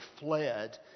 fled